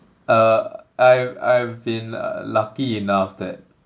uh I I've been lucky enough